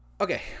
okay